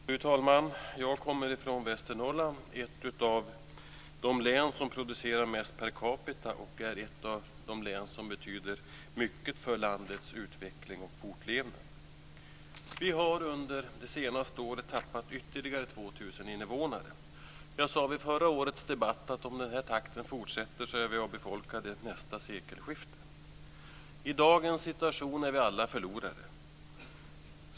Fru talman! Jag kommer från Västernorrland, ett av de län som producerar mest per capita och är ett av de län som betyder mycket för landets utveckling och fortlevnad. Vi har under det senaste året tappat ytterligare 2 000 invånare. Jag sade i förra årets debatt att om den här takten fortsätter är vi avfolkade vid nästa sekelskifte. I dagens situation är vi alla förlorare.